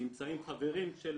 נמצאים חברים של